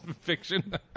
fiction